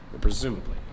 presumably